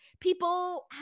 People